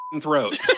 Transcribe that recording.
throat